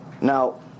Now